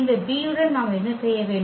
இந்த B உடன் நாம் என்ன செய்ய வேண்டும்